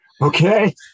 Okay